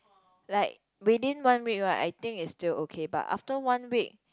like within one week right I think its still okay but after one week